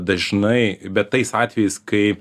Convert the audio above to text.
dažnai bet tais atvejais kai